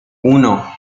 uno